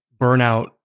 burnout